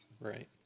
right